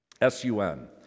S-U-N